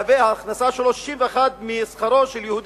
ההכנסה שלו היא 61% משכרו של היהודי.